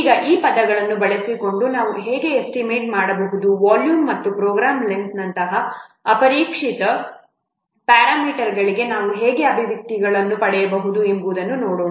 ಈಗ ಈ ಪದಗಳನ್ನು ಬಳಸಿಕೊಂಡು ನಾವು ಹೇಗೆ ಎಸ್ಟಿಮೇಟ್ ಮಾಡಬಹುದು ವಾಲ್ಯೂಮ್ ಮತ್ತು ಪ್ರೋಗ್ರಾಮ್ ಲೆಂಥ್ನಂತಹ ಅಪೇಕ್ಷಿತ ಪ್ಯಾರಾಮೀಟರ್ಗಳಿಗೆ ನಾವು ಹೇಗೆ ಅಭಿವ್ಯಕ್ತಿಗಳನ್ನು ಪಡೆಯಬಹುದು ಎಂಬುದನ್ನು ನೋಡೋಣ